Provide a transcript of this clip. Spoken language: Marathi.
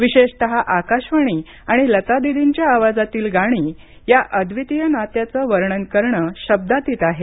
विशेषतः आकाशवाणी आणि लता दीदींच्या आवाजातील गाणी या अद्वितीय नात्याचं वर्णन करणं शब्दातीत आहे